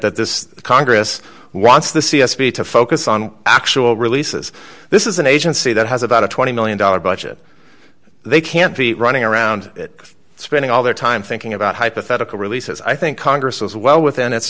that this congress wants the c s p to focus on actual releases this is an agency that has about a twenty one million dollars budget they can't be running around spending all their time thinking about hypothetical releases i think congress is well within its